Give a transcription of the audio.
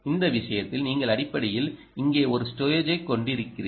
இந்த விஷயத்தில் நீங்கள் அடிப்படையில் இங்கே 1 ஸ்டேஜைக் கொண்டிருக்கிறீர்கள்